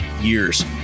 years